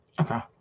Okay